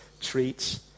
treats